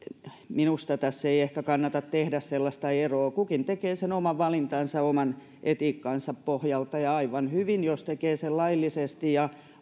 minusta tässä ei ehkä kannata tehdä sellaista eroa kukin tekee sen oman valintansa oman etiikkansa pohjalta ja jos tekee sen laillisesti ja